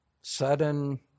sudden